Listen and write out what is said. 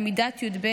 תלמידת י"ב,